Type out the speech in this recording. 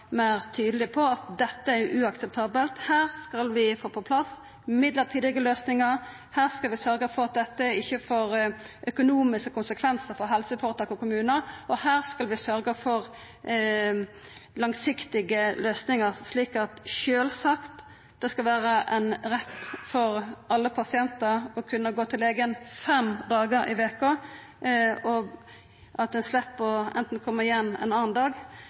tydeleg på at dette er uakseptabelt, her skal vi få på plass mellombelse løysingar, her skal vi sørgja for at dette ikkje får økonomiske konsekvensar for helseføretak og kommunar, og her skal vi sørgja for langsiktige løysingar, slik at det sjølvsagt skal vera ein rett for alle pasientar å kunna gå til legen fem dagar i veka, og at ein slepp anten å koma igjen ein annan dag,